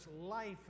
life